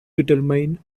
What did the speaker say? determine